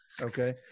Okay